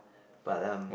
but um